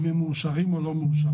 אם הם מאושרים או לא מאושרים.